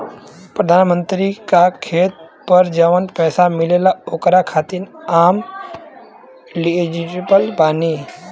प्रधानमंत्री का खेत पर जवन पैसा मिलेगा ओकरा खातिन आम एलिजिबल बानी?